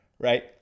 right